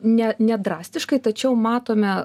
ne nedrastiškai tačiau matome